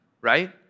right